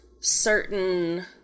certain